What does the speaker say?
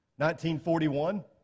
1941